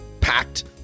packed